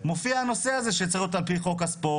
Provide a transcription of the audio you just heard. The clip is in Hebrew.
מופיע הנושא הזה שצריך להיות על פי חוק הספורט,